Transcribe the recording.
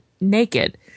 naked